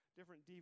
Different